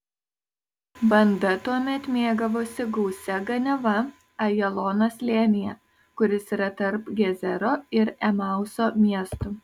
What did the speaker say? banda tuomet mėgavosi gausia ganiava ajalono slėnyje kuris yra tarp gezero ir emauso miestų